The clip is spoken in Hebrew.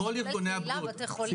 שזה כולל קהילה בתי חולים.